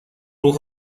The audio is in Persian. روح